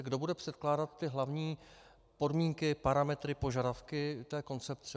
Kdo bude předkládat ty hlavní podmínky, parametry, požadavky té koncepce?